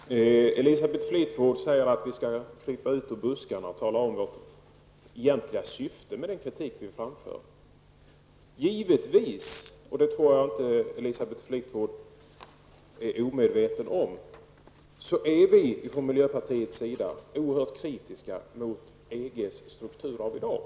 Fru talman! Elisabeth Fleetwood säger att vi skall krypa fram från buskarna och att vi skall tala om vad som är det egentliga syftet med den kritik som vi framför. Givetvis -- och det tror jag inte att Elisabeth Fleetwood är omedveten om -- är vi i miljöpartiet oerhört kritiska mot EGs struktur av i dag.